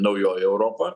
naujoji europa